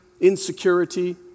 insecurity